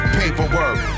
paperwork